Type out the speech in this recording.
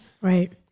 Right